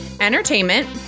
entertainment